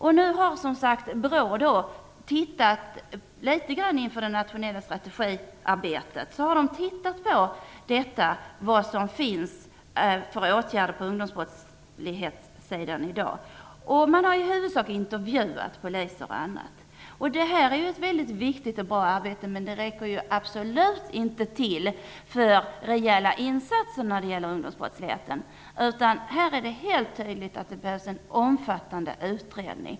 BRÅ har, som sagts, inför det nationella strategiarbetet gått igenom vilka åtgärder som i dag finns mot ungdomsbrottsligheten. Man har i huvudsak gjort intervjuer, bl.a. av poliser. Detta är ett mycket viktigt och bra arbete, men det räcker absolut inte till för rejäla insatser mot ungdomsbrottsligheten. Det är helt tydligt att det behövs en omfattande utredning.